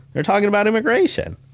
they're talking about immigration.